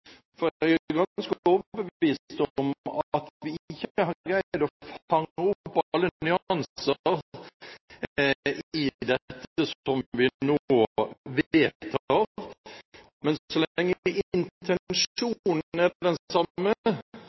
for jeg er ganske overbevist om at vi ikke har greid å fange opp alle nyanser i dette vi nå vedtar, men så lenge